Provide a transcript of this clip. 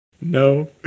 No